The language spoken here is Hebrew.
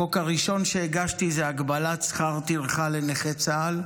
החוק הראשון שהגשתי היה הגבלת שכר טרחה לנכי צה"ל,